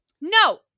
No